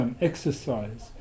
exercise